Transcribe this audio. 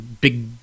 big